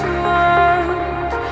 world